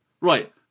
right